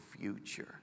future